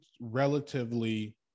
relatively